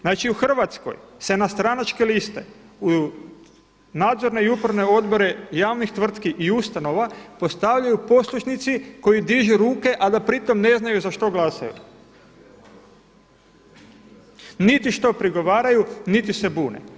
Znači u Hrvatskoj se na stranačke liste u nadzorne i upravne odbore javnih tvrtki i ustanova postavljaju poslušnici koji dižu ruke, a da pritom ne znaju za što glasaju, niti što prigovaraju, niti se bune.